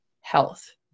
health